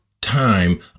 time